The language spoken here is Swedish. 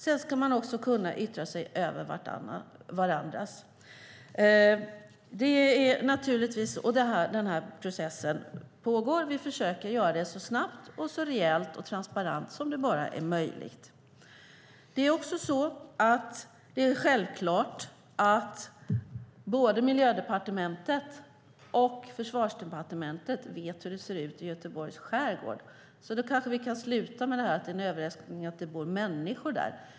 Man ska också kunna yttra sig över varandras yttranden. Den här processen pågår. Vi försöker göra det så snabbt och så rejält och transparent som det bara är möjligt. Självklart vet både Miljödepartementet och Försvarsdepartementet hur det ser ut i Göteborgs skärgård, så vi kan kanske sluta med detta med att det är en överraskning att människor bor där.